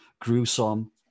gruesome